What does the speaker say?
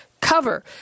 cover